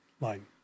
line